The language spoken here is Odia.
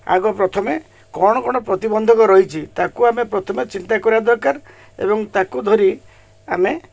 ଆଗ ପ୍ରଥମେ କ'ଣ କ'ଣ ପ୍ରତିବନ୍ଧକ ରହିଛି ତାକୁ ଆମେ ପ୍ରଥମେ ଚିନ୍ତା କରିବା ଦରକାର ଏବଂ ତାକୁ ଧରି ଆମେ